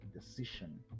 decision